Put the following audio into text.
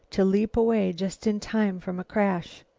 to leap away just in time from a crash.